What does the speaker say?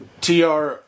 Tr